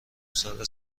ساره